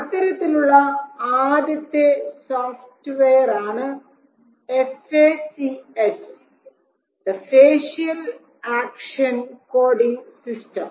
അത്തരത്തിലുള്ള ആദ്യത്തെ സോഫ്റ്റ്വെയർ ആണ് FACS the facial action coding system